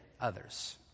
others